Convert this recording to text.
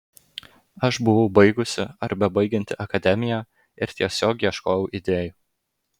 aš buvau baigusi ar bebaigianti akademiją ir tiesiog ieškojau idėjų